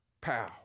Pow